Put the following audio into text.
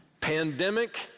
pandemic